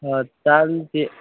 हां चालते